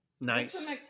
Nice